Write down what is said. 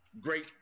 great